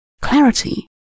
clarity